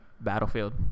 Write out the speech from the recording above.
Battlefield